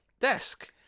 desk